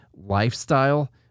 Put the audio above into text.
lifestyle